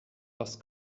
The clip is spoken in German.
was